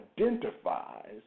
identifies